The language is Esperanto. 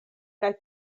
kaj